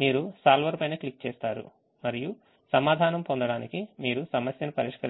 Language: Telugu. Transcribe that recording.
మీరు solverపైనక్లిక్ చేస్తారు మరియు సమాధానంపొందడానికిమీరు సమస్యను పరిష్కరిస్తారు